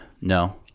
No